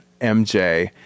mj